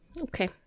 Okay